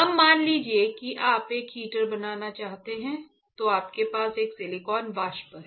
अब मान लीजिए कि आप एक हीटर बनाना चाहते हैं तो आपके पास एक सिलिकॉन वाष्प है